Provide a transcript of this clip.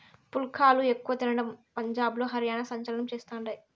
పుల్కాలు ఎక్కువ తినడంలో పంజాబ్, హర్యానా సంచలనం చేస్తండాయి